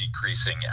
decreasing